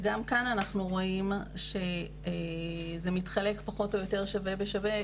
גם כאן אנחנו רואים שזה מתחלק פחות או יותר שווה בשווה,